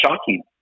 shocking